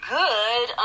good